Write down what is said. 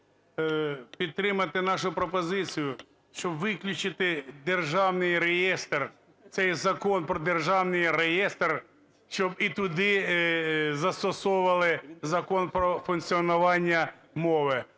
підтримати нашу пропозицію, щоб виключити державний реєстр, цей Закон про державний реєстр, щоб і туди застосовували Закон про функціонування мови.